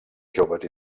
joves